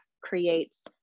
creates